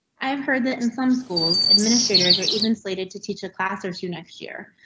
i have heard that in some schools administrators are even slated to teach a class or two next year,